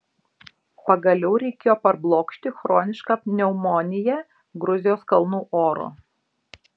pagaliau reikėjo parblokšti chronišką pneumoniją gruzijos kalnų oru